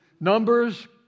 Numbers